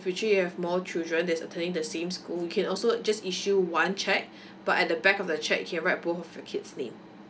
future you have more children that's attending the same school you can also just issue one cheque but at the back of the cheque you can write both of your kids name